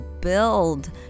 build